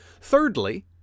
Thirdly